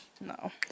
No